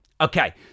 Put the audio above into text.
Okay